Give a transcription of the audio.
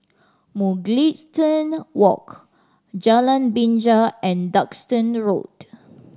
Mugliston Walk Jalan Binja and Duxton Road